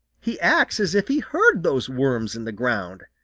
he acts as if he heard those worms in the ground,